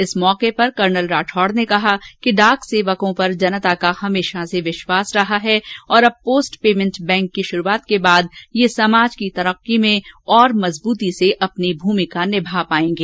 इस मौके पर कर्नल राठौड़ ने कहा कि डाक सेवकों पर जनता का हमेशा से विश्वास रहा है और अब पोस्ट पेमेंट बैंक की शुरूआत के बाद ये समाज की तरक्की में और मजबूती से अपनी भूमिका निभा पाएंगे